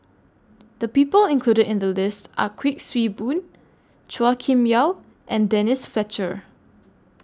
The People included in The list Are Kuik Swee Boon Chua Kim Yeow and Denise Fletcher